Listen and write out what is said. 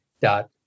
dot